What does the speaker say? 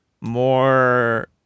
more